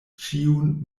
ĉiun